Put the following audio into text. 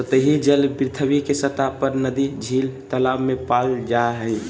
सतही जल पृथ्वी के सतह पर नदी, झील, तालाब में पाल जा हइ